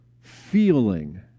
feeling